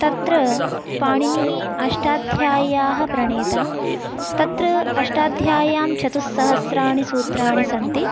तत्र पाणिनिः अष्टाध्याय्याः प्रणेता तत्र अष्टाध्यायां चतुस्सहस्राणि सूत्राणि सन्ति